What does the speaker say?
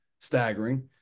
staggering